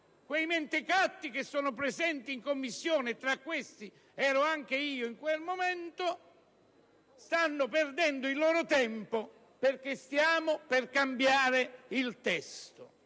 quei mentecatti presenti in Commissione - e tra questi c'ero anch'io in quel momento - stavano perdendo il loro tempo perché si stava per cambiare il testo.